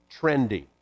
trendy